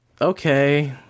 okay